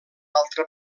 altra